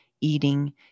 eating